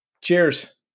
Cheers